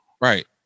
Right